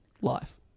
life